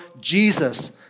Jesus